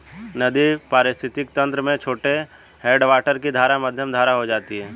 नदी पारिस्थितिक तंत्र में छोटे हैडवाटर की धारा मध्यम धारा हो जाती है